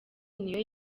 niyo